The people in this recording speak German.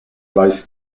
weiß